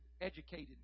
educated